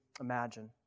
imagine